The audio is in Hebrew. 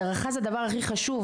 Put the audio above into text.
הדרכה היא הדבר הכי חשוב,